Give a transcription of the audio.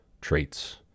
traits